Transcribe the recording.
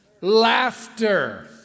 laughter